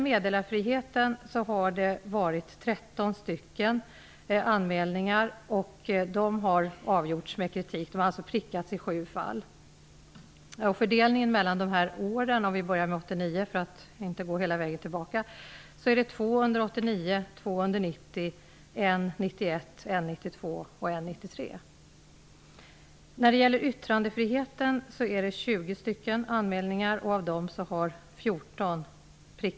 Fördelningen mellan åren är att 1989 var det två fall, två fall under 1990, ett fall under 1991, ett fall under 1992 och ett fall 1993. När det gäller yttrandefriheten gjordes det 20 anmälningar, och det blev en prickning i 14 fall.